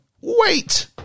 Wait